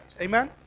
Amen